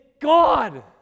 God